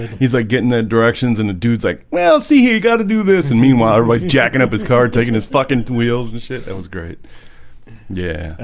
he's like getting that directions in the dudes like help see here you got to do this and meanwhile device jacking up his car taking his fucking wheels and shit that was great yeah,